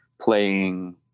playing